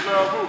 בהתלהבות.